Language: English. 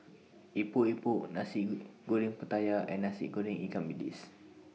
Epok Epok Nasi Goreng Pattaya and Nasi Goreng Ikan Bilis